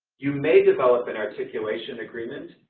you may develop an articulation agreement,